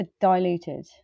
diluted